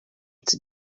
its